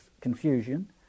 confusion